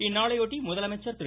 இந்நாளையொட்டி முதலமைச்சர் திரு